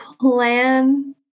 plan